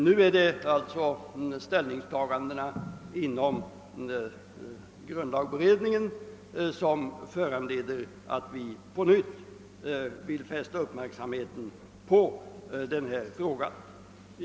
Det är nu ställningstagandena inom grundlagberedningen som föranleder oss att på nytt fästa uppmärksamheten på denna fråga.